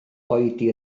oedi